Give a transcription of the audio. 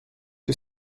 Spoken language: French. que